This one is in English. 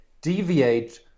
deviate